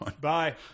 bye